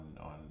on